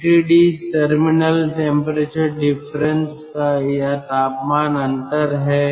TTD terminal temperature difference या तापमान अंतर है